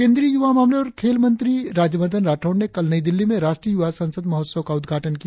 केंद्रीय युवा मामले और खेल मंत्री राज्यवर्धन राठौड़ ने कल नई दिल्ली में राष्ट्रीय युवा संसद महोत्सव का उद्घाटन किया